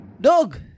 Dog